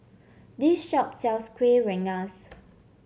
this shop sells Kuih Rengas